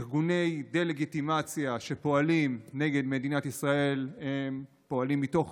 ארגוני דה-לגיטימציה שפועלים נגד מדינת ישראל פועלים מתוך